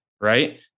right